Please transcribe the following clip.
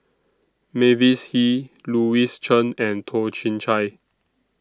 Mavis Hee Louis Chen and Toh Chin Chye